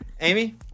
Amy